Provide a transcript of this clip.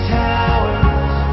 towers